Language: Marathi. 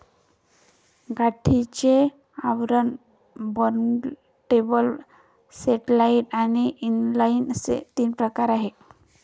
गाठीचे आवरण, टर्नटेबल, सॅटेलाइट आणि इनलाइन असे तीन प्रकार आहे